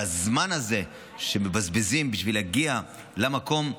והזמן הזה שמבזבזים בשביל להגיע למקום,